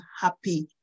happy